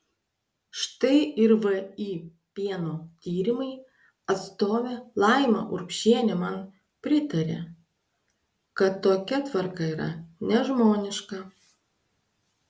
štai ir vį pieno tyrimai atstovė laima urbšienė man pritarė kad tokia tvarka yra nežmoniška